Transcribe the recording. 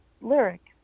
lyric